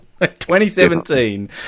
2017